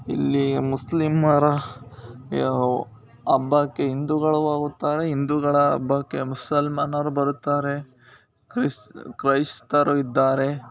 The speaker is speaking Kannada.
ಇಲ್ಲಿ ಮುಸ್ಲಿಮರ ಹಬ್ಬಕ್ಕೆ ಹಿಂದೂಗಳು ಹೋಗುತ್ತಾರೆ ಹಿಂದೂಗಳ ಹಬ್ಬಕ್ಕೆ ಮುಸಲ್ಮಾನರು ಬರುತ್ತಾರೆ ಕ್ರಿಸ್ ಕ್ರೈಸ್ತರು ಇದ್ದಾರೆ